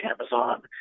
amazon